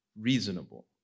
reasonable